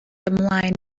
ymlaen